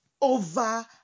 over